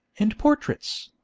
and portraits.